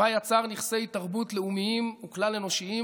בה יצר נכסי תרבות לאומיים וכלל-אנושיים